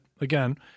again